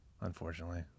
unfortunately